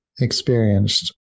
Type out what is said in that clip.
experienced